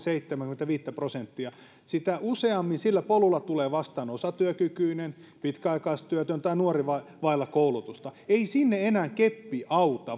sitä seitsemääkymmentäviittä prosenttia sitä useammin sillä polulla tulee vastaan osatyökykyinen pitkäaikaistyötön tai nuori vailla koulutusta ei sinne enää keppi auta